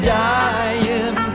dying